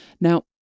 Now